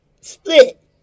split